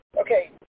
okay